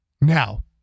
Now